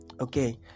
Okay